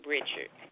Richard